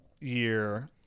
year